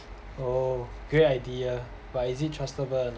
oh great idea but is it trustable